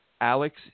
Alex